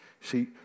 see